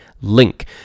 link